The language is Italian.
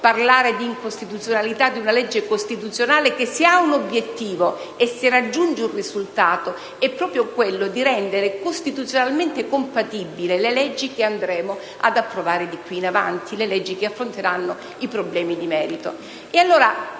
parlare di incostituzionalità di una legge costituzionale che, se ha un obiettivo e raggiunge un risultato è proprio quello di rendere costituzionalmente compatibili i disegni di legge che andremo ad approvare di qui in avanti, i provvedimenti che affronteranno i problemi di merito.